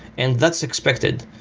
and that's expected.